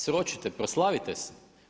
Sročite, proslavite se.